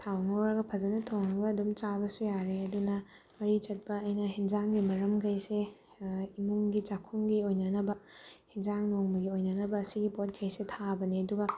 ꯊꯥꯎ ꯉꯧꯔꯒ ꯐꯖꯅ ꯊꯣꯡꯉꯒ ꯑꯗꯨꯝ ꯆꯥꯕꯁꯨ ꯌꯥꯔꯦ ꯑꯗꯨꯅ ꯃꯔꯤ ꯆꯠꯄ ꯑꯩꯅ ꯑꯦꯟꯖꯥꯡꯒꯤ ꯃꯔꯝꯈꯩꯁꯦ ꯏꯃꯨꯡꯒꯤ ꯆꯥꯛꯈꯨꯝꯒꯤ ꯑꯣꯏꯅꯅꯕ ꯑꯦꯟꯖꯥꯡ ꯅꯣꯡꯃꯒꯤ ꯑꯣꯏꯅꯅꯕ ꯑꯁꯤꯒꯤ ꯄꯣꯠꯈꯩꯁꯦ ꯊꯥꯕꯅꯦ ꯑꯗꯨꯒ